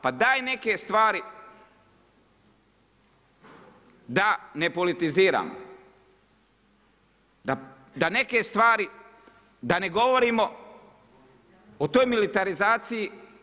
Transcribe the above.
Pa daj neke stvari da ne politiziram, da neke stvari da ne govorimo o toj militarizaciji.